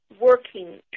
working